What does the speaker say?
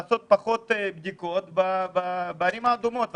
לעשות פחות בדיקות בערים האדומות.